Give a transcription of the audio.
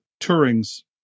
Turing's